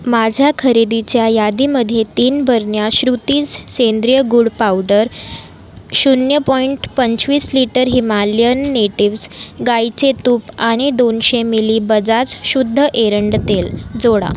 माझ्या खरेदीच्या यादीमध्ये तीन बरण्या श्रुतीज सेंद्रिय गुळ पावडर शून्य पॉइंट पंचवीस लिटर हिमालयन नेटिव्ह्ज गाईचे तूप आणि दोनशे मिली बजाज शुद्ध एरंड तेल जोडा